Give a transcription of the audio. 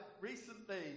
Recently